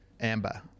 Amber